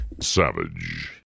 Savage